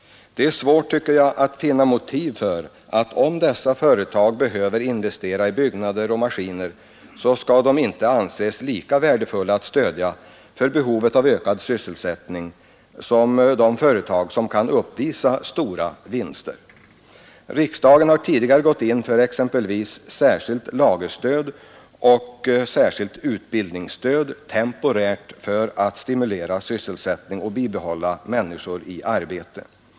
Det är svårt, tycker jag, att finna motiv för att om dessa företag behöver investera i byggnader och maskiner, så skall de inte anses lika värdefulla att stödja när det gäller behovet av ökad sysselsättning som de företag som kan uppvisa stora vinster. Riksdagen har tidigare gått in för exempelvis särskilt lagerstöd och särskilt utbildningsstöd temporärt för att stimulera sysselsättningen och bibehålla människor i arbete.